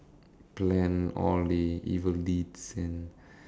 clan all the evil deeds and